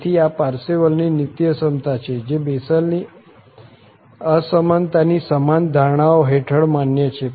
તેથી આ પારસેવલની નિત્યસમતા છે જે બેસેલની અસમાનતાની સમાન ધારણાઓ હેઠળ માન્ય છે